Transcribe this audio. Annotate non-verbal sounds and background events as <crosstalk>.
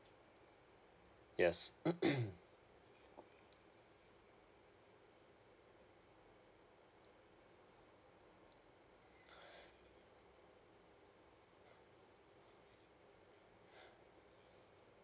yes <coughs> <breath>